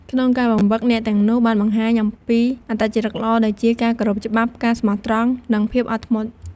ក្នុងការបង្វឹក អ្នកទាំងនោះបានបង្ហាញអំពីអត្តចរិតល្អ ដូចជា ការគោរពច្បាប់ ការស្មោះត្រង់ និងភាពអត់ធ្មត់។